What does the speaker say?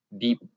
deep